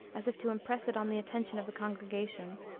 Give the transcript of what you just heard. as if to impress it on the attention of the congregation,